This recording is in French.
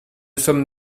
sommes